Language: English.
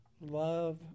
love